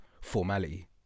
formality